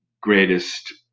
greatest